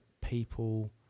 people